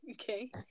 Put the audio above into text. Okay